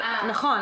--- נכון,